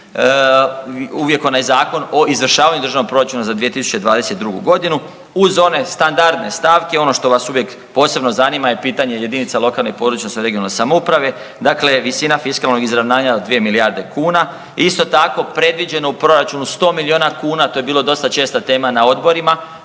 uvijek onaj Zakon o izvršavanju državnog proračuna za 2022. godinu uz one standardne stavke ono što vas uvijek posebno zanima je pitanje jedinica lokalne i područne odnosno regionalne samouprave. Dakle, visina fiskalnog izravnanja od 2 milijarde kuna. Isto tako predviđeno u proračunu 100 miliona kuna to je bilo dosta česta tema na odborima